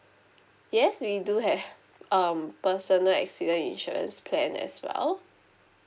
yes we do have um personal accident insurance plan as well